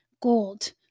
gold